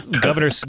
Governor